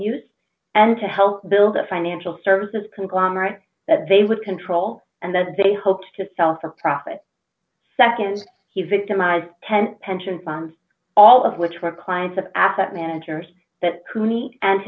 use and to help build a financial services conglomerate that they would control and that they hoped to sell for profit nd he victimized ten pension funds all of which were clients of asset managers that